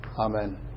Amen